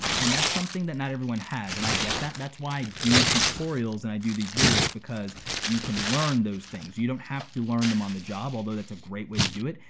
and that's something that not everyone has, and i get that, that's why i do tutorials and i do these videos, because you can learn those things. you don't have to learn them on the job, although that's a great way to do it,